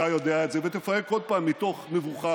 אתה יודע את זה, ותפהק עוד פעם מתוך מבוכה.